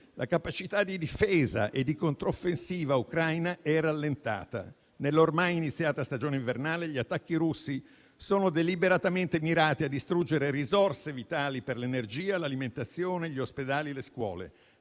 La capacità di difesa e di controffensiva ucraina è rallentata. Nell'ormai iniziata stagione invernale, gli attacchi russi sono deliberatamente mirati a distruggere risorse vitali per l'energia, l'alimentazione, gli ospedali e le scuole;